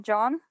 John